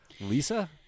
Lisa